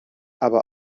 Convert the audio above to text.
aber